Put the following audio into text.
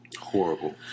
Horrible